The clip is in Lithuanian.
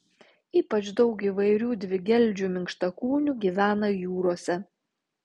ypač daug įvairių dvigeldžių minkštakūnių gyvena jūrose